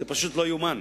זה פשוט לא ייאמן,